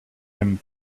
him